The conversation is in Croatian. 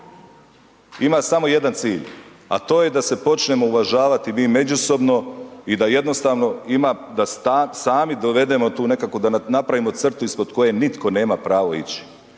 ima samo jedan cilj a to je da se počnemo uvažavati mi međusobno i da jednostavno ima da sami dovedemo tu nekakvu da napravimo crtu ispod koje nitko nema pravo ići.